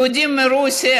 יהודים מרוסיה,